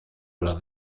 oder